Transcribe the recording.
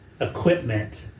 equipment